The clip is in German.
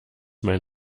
mein